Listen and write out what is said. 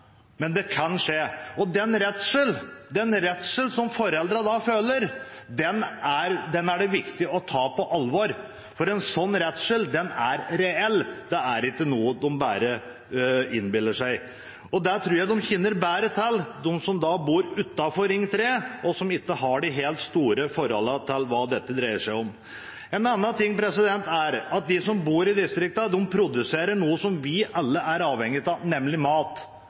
men det kan skje. Den redselen som foreldrene da føler, er det viktig å ta på alvor, for en slik redsel er reell. Det er ikke noe de bare innbiller seg. Det tror jeg de som bor utenfor Ring 3, kjenner bedre til, enn de som ikke har noe særlig forhold til hva dette dreier seg om. En annen ting er at de som bor i distriktene, produserer noe som vi alle er avhengige av, nemlig mat.